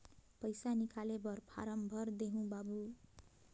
पइसा निकाले बर फारम भर देते बाबु?